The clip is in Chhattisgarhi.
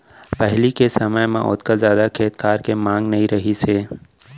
पहिली के समय म ओतका जादा खेत खार के मांग नइ रहिस हे